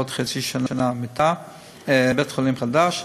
בעוד חצי שנה בית-חולים חדש,